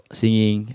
singing